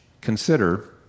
Consider